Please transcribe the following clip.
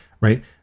right